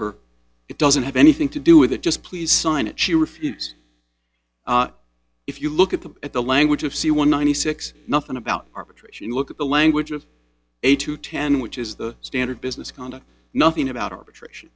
her it doesn't have anything to do with it just please sign it she refuse if you look at them at the language of c one ninety six nothing about arbitration look at the language of eight to ten which is the standard business conduct nothing about arbitration